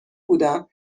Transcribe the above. بودم